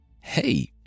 hey